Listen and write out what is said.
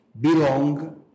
belong